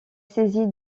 saisit